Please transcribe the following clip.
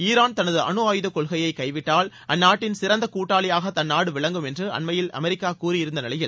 Iran தனது அணுஆயுத கொள்கையை கைவிட்டால் அந்நாட்டின் சிறந்த கூட்டாளியாக தன் நாடு விளங்கும் என்று அண்மயில் அமெரிக்கா கூறியிருந்த நிலையில்